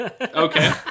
Okay